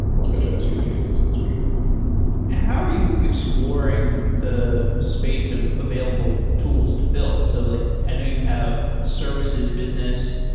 more specialized use cases as we how are you exploring the space of available tools to build? so like i know you have a services business,